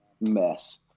mess